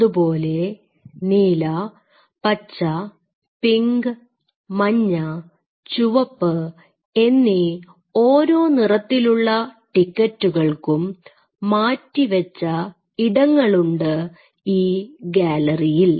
അതുപോലെ നീല പച്ച പിങ്ക് മഞ്ഞ ചുവപ്പ് എന്നീ ഓരോ നിറത്തിലുള്ള ടിക്കറ്റുകൾക്കും മാറ്റിവെച്ച ഇടങ്ങളുണ്ട് ഈ ഗാലറിയിൽ